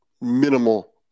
minimal